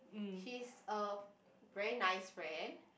she's a very nice friend